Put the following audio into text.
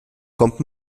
kommt